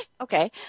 okay